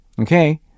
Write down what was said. Okay